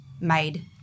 made